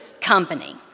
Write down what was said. company